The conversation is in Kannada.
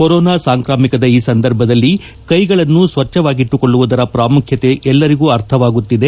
ಕೊರೋನಾ ಸಾಂಕ್ರಾಮಿಕದ ಈ ಸಂದರ್ಭದಲ್ಲಿ ಕೈಗಳನ್ನು ಸ್ವಚ್ಛವಾಗಿಟ್ಟುಕೊಳ್ಳುವುದರ ಪ್ರಾಮುಖ್ಯತೆ ಎಲ್ಲರಿಗೂ ಅರ್ಥವಾಗುತ್ತಿದೆ